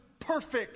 perfect